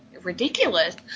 ridiculous